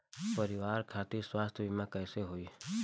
परिवार खातिर स्वास्थ्य बीमा कैसे होई?